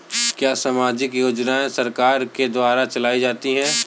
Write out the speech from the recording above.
क्या सामाजिक योजनाएँ सरकार के द्वारा चलाई जाती हैं?